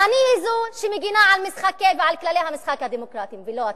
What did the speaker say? ואני היא זו שמגינה על כללי המשחק הדמוקרטי ולא אתם.